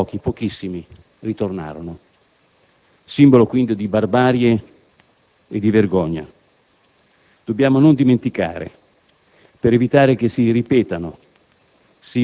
pochi, pochissimi ritornarono. Simbolo quindi di barbarie e di vergogna. Dobbiamo non dimenticare, per evitare che si ripetano